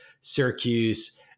Syracuse